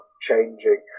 changing